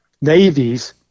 navies